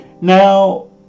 Now